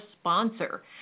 sponsor